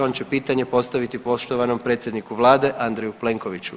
On će pitanje postaviti poštovanom predsjedniku Vlade Andreju Plenkoviću.